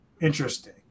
interesting